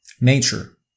nature